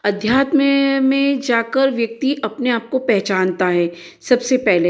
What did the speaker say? अध्यात्म में जाकर व्यक्ति अपने आप को पहचानता है सबसे पहले